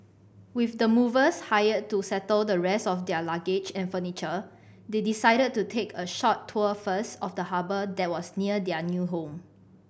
with the movers hired to settle the rest of their luggage and furniture they decided to take a short tour first of the harbour that was near their new home